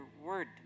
word